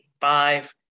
five